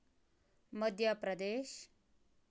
Madhya Pradesh